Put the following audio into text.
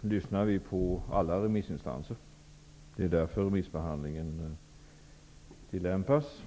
lyssnar vi naturligtvis på alla remissinstanser. Det är därför som remissbehandling tillämpas.